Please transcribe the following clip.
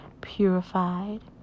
purified